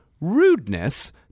rudeness